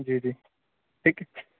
جی جی ٹھیک ہے